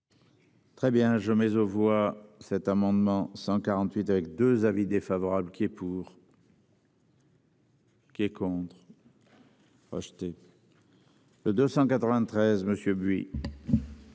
Très bien je mets aux voix cet amendement 148 avec 2 avis défavorable qui est pour. Qui est contre. Acheter. Le 293 monsieur